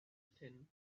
thin